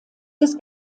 des